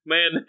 Man